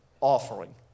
Offering